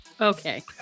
Okay